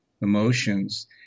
emotions